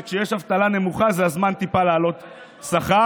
שכשיש אבטלה נמוכה זה הזמן להעלות טיפה את השכר,